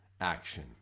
action